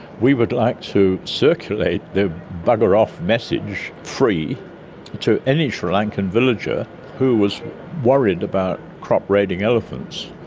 we would like to circulate the bugger off message free to any sri lankan villager who is worried about crop raiding elephants,